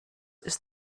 ist